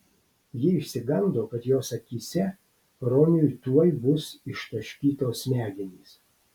ji išsigando kad jos akyse roniui tuoj bus ištaškytos smegenys